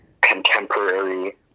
contemporary